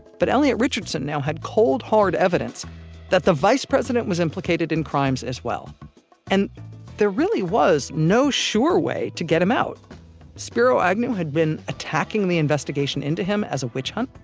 but elliot richardson now had cold hard evidence that the vice president was implicated in crimes as well and there really was no sure way to get him out spiro agnew had been attacking the investigation into him as a witch hunt.